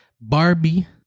Barbie